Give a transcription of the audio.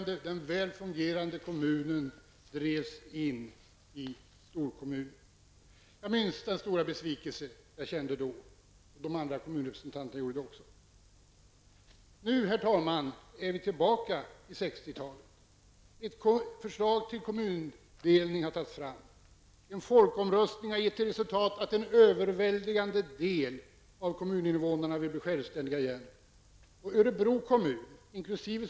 Den väl fungerande kommunen drevs in i storkommunen. Jag minns den stora besvikelse jag kände då. De andra kommunrepresentanterna gjorde det också. Herr talman! Nu är vi tillbaka till 60-talet. Ett förslag till kommundelning har tagits fram. En folkomröstning har gett resultatet att en överväldigande del av kommuninvånarna vill bli självständiga igen. Örebro kommun, inkl.